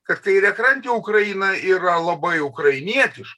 kad kairiakrantė ukraina yra labai ukrainietiška